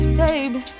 baby